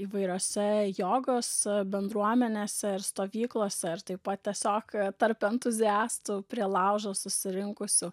įvairiose jogos bendruomenėse ir stovyklose ir taip pat tiesiog tarp entuziastų prie laužo susirinkusių